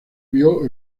vio